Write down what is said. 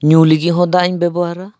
ᱧᱩ ᱞᱟᱹᱜᱤᱫ ᱦᱚᱸ ᱫᱟᱜ ᱤᱧ ᱵᱮᱵᱚᱦᱟᱨᱟ